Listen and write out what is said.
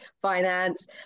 finance